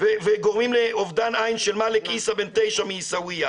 וגורמים לאובדן עין של מליק עיסא בן תשע מעיסאוויה.